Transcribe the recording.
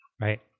Right